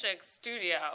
studio